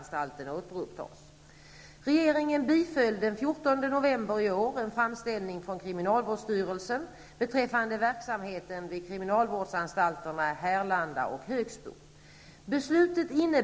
Överläggningar om detta pågår. Däremot kan jag försäkra Gudrun Schyman att kriminalvårdsstyrelsen inte har några planer på att avveckla narkomanvårdsverksamheten vid Österåkersanstalten. Regeringen behöver alltså inte vidta några årgärder för att rädda verksamheten där.